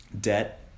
debt